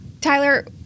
Tyler